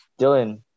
Dylan